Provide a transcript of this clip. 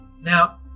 Now